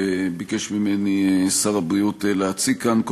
שביקש ממני שר הבריאות להציג כאן.